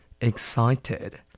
excited